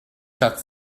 cut